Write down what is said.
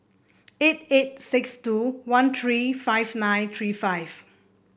eight eight six two one three five nine three five